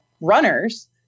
runners